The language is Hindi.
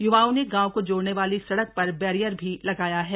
य्वाओं ने गांव को जोड़ने वाली सड़क पर बैरियर भी लगाया है